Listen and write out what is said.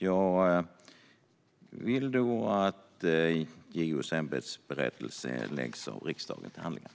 Jag vill att riksdagen lägger JO:s ämbetsberättelse till handlingarna.